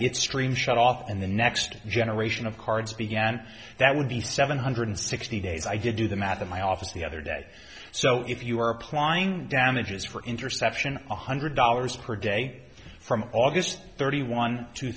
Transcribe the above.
its stream shut off in the next generation of cards began that would be seven hundred sixty days i did do the math in my office the other day so if you are applying damages for interception one hundred dollars per day from august thirty one two